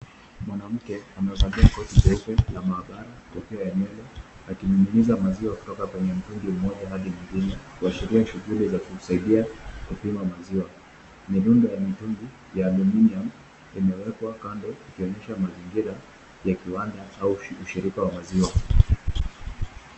Mwanamke amevalia koti jeupe la maabara kofia ya nywele akinyunyiza maziwa kutoka kwenye mtungi mmoja hadi mwingine kuashiria shughuli za kusaidia kupima maziwa . Midundo ya mitungi ya aluminium[ cs] imewekwa kando ikionyesha mazingira ya kiwanda au ushirika wa maziwa.